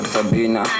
Sabina